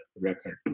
record